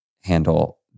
handle